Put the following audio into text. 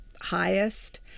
highest